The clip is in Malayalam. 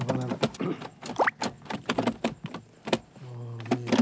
അതുപോലെ തന്നെ ഈ